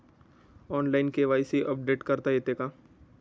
Online KYC update करता येते का?